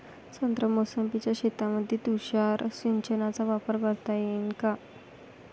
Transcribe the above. संत्रा मोसंबीच्या शेतामंदी तुषार सिंचनचा वापर करता येईन का?